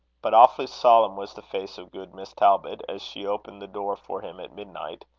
but awfully solemn was the face of good miss talbot, as she opened the door for him at midnight.